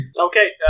Okay